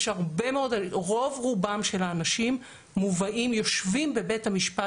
ורוב רובם של האנשים מובאים ויושבים בבית המשפט